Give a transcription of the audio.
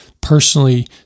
personally